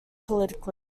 politically